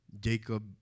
Jacob